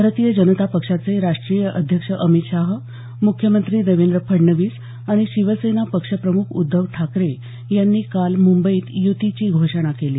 भारतीय जनता पक्षाचे राष्टीय अध्यक्ष अमित शाह मुख्यमंत्री देवेंद्र फडणवीस आणि शिवसेना पक्ष प्रमुख उद्धव ठाकरे यांनी काल मुंबईत युतीची घोषणा केली